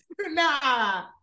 nah